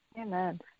Amen